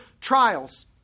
trials